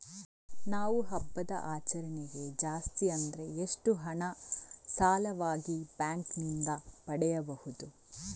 ನಾವು ಹಬ್ಬದ ಆಚರಣೆಗೆ ಜಾಸ್ತಿ ಅಂದ್ರೆ ಎಷ್ಟು ಹಣ ಸಾಲವಾಗಿ ಬ್ಯಾಂಕ್ ನಿಂದ ಪಡೆಯಬಹುದು?